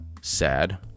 Sad